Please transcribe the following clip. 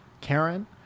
Karen